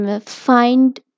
find